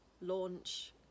launch